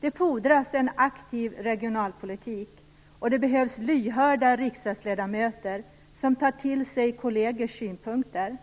Det fordras en aktiv regionalpolitik, och det behövs lyhörda riksdagsledamöter som tar till sig kollegers synpunkter.